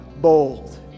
bold